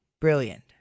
Brilliant